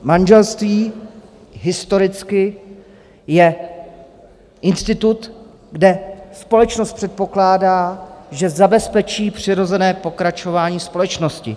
Manželství historicky je institut, kde společnost předpokládá, že zabezpečí přirozené pokračování společnosti.